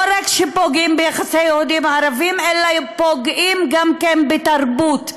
לא רק פוגעים ביחסי יהודים ערבים אלא פוגעים גם בתרבות.